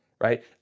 right